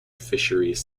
fisheries